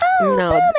No